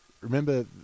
remember